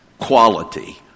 quality